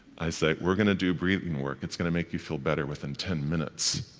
i say, we're going to do breathing work. it's going to make you feel better within ten minutes.